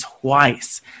twice